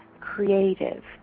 creative